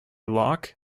loch